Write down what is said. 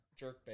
jerkbait